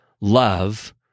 Love